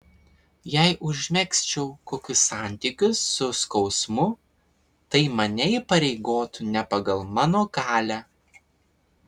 jei užmegzčiau kokius santykius su skausmu tai mane įpareigotų ne pagal mano galią